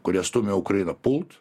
kurie stumia ukrainą pult